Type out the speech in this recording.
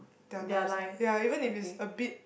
their lives lah ya even if it's a bit